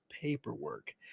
paperwork